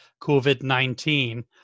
COVID-19